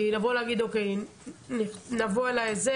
לומר רק שנבוא לרשות,